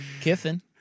Kiffin